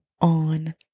on